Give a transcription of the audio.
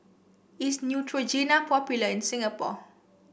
is Neutrogena popular in Singapore